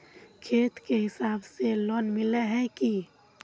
खेत के हिसाब से लोन मिले है की?